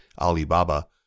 Alibaba